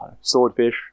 Swordfish